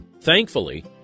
Thankfully